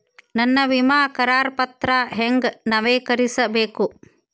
ನನ್ನ ವಿಮಾ ಕರಾರ ಪತ್ರಾ ಹೆಂಗ್ ನವೇಕರಿಸಬೇಕು?